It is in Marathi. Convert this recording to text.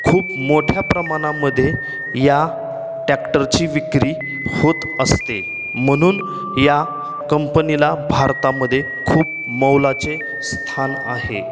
खूप मोठ्या प्रमाणामध्ये या टॅक्टरची विक्री होत असते म्हणून या कंपनीला भारतामध्ये खूप मोलाचे स्थान आहे